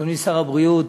אדוני שר הבריאות,